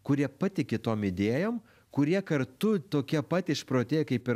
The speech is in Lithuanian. kurie patiki tom idėjom kurie kartu tokie pat išprotėję kaip ir